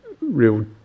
real